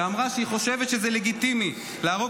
שאמרה שהיא חושבת שזה לגיטימי להרוג